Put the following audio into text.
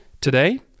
Today